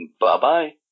Bye-bye